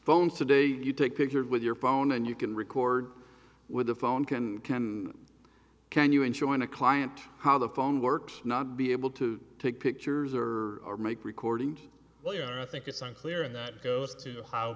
phones today you take pictures with your phone and you can record with a phone can can can you in showing a client how the phone works not be able to take pictures or or make recordings